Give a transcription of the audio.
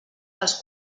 dels